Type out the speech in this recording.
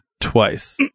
twice